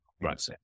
right